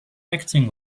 acting